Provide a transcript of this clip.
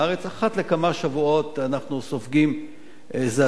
אחת לכמה שבועות אנחנו סופגים זעזוע,